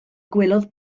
gwelodd